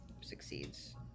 succeeds